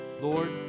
Lord